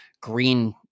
green